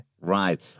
Right